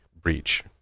breach